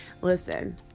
Listen